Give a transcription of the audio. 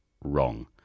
wrong